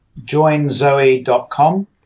joinzoe.com